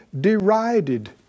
derided